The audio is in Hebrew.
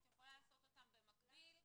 את יכולה לעשות אותם במקביל.